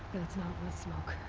that's not wood smoke.